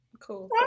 cool